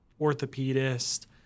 orthopedist